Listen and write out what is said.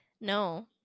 No